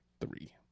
Three